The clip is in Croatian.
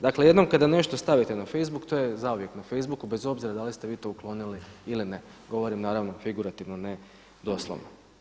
Dakle jednom kada nešto stavite na facebook to je zauvijek na facebooku bez obzira da li ste vi to uklonili ili ne, govorim naravno figurativno ne doslovno.